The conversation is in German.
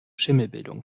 schimmelbildung